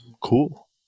Cool